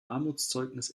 armutszeugnis